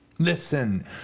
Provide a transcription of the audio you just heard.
Listen